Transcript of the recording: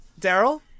Daryl